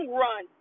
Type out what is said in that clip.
run